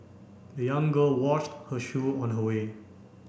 the young girl washed her shoe on her way